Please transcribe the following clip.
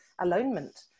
Alonement